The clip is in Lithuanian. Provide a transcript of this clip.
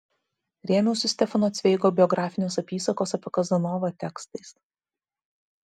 rėmiausi stefano cveigo biografinės apysakos apie kazanovą tekstais